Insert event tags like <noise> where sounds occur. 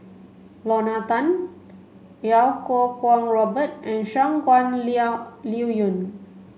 Lorna Tan Iau Kuo Kwong Robert and Shangguan <unintelligible> Liuyun